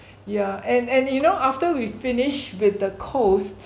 yeah and and you know after we finish with the coast